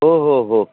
हो हो हो